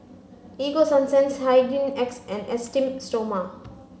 Ego Sunsense Hygin X and Esteem stoma